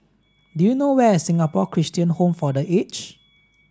do you know where is Singapore Christian Home for The Aged